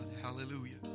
hallelujah